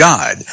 God